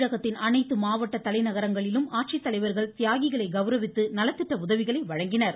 தமிழகத்தின் அனைத்து மாவட்ட தலைநகரங்களிலும் ஆட்சித்தலைவர்கள் தியாகிகளை கௌரவித்து நலத்திட்ட உதவிகளை வழங்கினர்